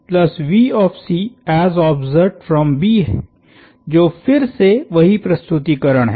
तो अबहै जो फिर से वही प्रस्तुतीकरण है